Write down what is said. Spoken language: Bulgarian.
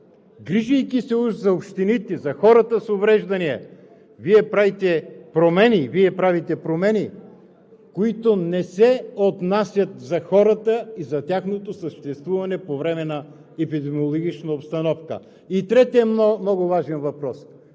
грижейки се уж за общините, за хората с увреждания, Вие правите промени, които не се отнасят за хората и за тяхното съществуване по време на епидемиологична обстановка. И третият много важен въпрос